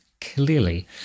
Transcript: clearly